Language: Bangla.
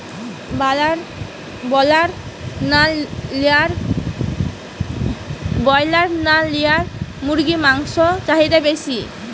ব্রলার না লেয়ার মুরগির মাংসর চাহিদা বেশি?